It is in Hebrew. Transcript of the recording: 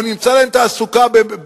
או נמצאה להם תעסוקה שפגעה בכבודם,